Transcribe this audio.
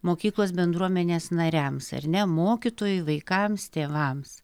mokyklos bendruomenės nariams ar ne mokytojui vaikams tėvams